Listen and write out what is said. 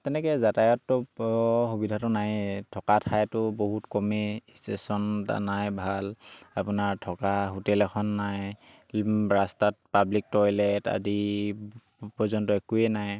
তেনেকৈ যাতায়তটো সুবিধাটো নায়ে থকা ঠাইতো বহুত কমেই ষ্টেচন এটা নাই ভাল আপোনাৰ থকা হোটেল এখন নাই ৰাস্তাত পাব্লিক টয়লেট আদি পৰ্যন্ত একোৱেই নাই